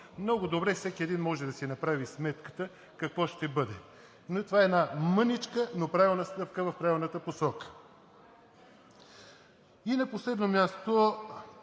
много добре всеки един може да си направи сметката какво ще бъде. Това е една мъничка, но правилна стъпка в правилната посока. И на последно място,